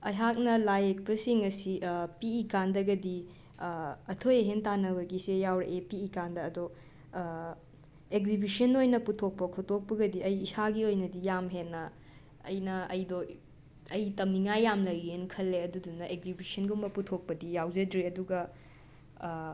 ꯑꯩꯍꯥꯛꯅ ꯂꯥꯏ ꯏꯛꯄꯁꯤꯡ ꯑꯁꯤ ꯄꯤꯏ ꯀꯥꯟꯗꯒꯗꯤ ꯑꯊꯣꯏ ꯑꯍꯦꯟ ꯇꯥꯟꯅꯕꯒꯤꯁꯦ ꯌꯥꯎꯔꯏ ꯄꯤꯏꯀꯥꯟꯗ ꯑꯗꯣ ꯑꯦꯛꯖꯤꯕꯤꯁꯟ ꯑꯣꯏꯅ ꯄꯨꯊꯣꯛꯄ ꯈꯣꯇꯣꯛꯄꯒꯗꯤ ꯑꯩ ꯏꯁꯥꯒꯤ ꯑꯣꯏꯅꯗꯤ ꯌꯥꯝ ꯍꯦꯟꯅ ꯑꯩꯅ ꯑꯩꯗꯣ ꯏꯞ ꯑꯩ ꯇꯝꯅꯤꯡꯉꯥꯏ ꯌꯥꯝ ꯂꯩꯌꯦꯅ ꯈꯜꯂꯦ ꯑꯗꯨꯗꯨꯅ ꯑꯦꯛꯖꯤꯕꯤꯁꯟꯒꯨꯝꯕ ꯄꯨꯊꯣꯛꯕꯗꯤ ꯌꯥꯎꯖꯗ꯭ꯔꯤ ꯑꯗꯨꯒ